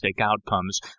outcomes